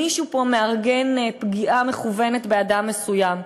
מישהו פה מארגן פגיעה מכוונת באדם מסוים.